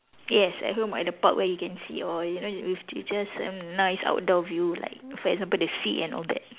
yes at home or at the park where you can see all you know with beaches and nice outdoor view like for example the sea and all that